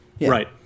Right